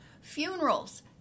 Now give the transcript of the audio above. Funerals